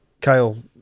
Kyle